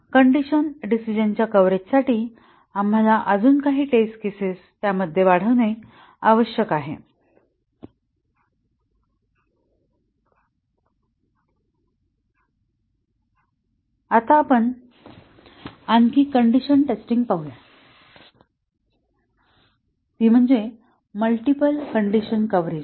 condition decision च्या कव्हरेजसाठी आम्हाला टेस्ट केसेस वाढविणे आवश्यक आहे आता आपण आणखी कंडिशन टेस्टिंग पाहूया ती म्हणजे मल्टीपल कंडिशन कव्हरेज